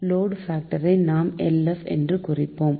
load பாக்டரை நாம் LF என்று குறிப்போம்